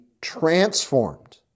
transformed